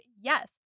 yes